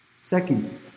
Second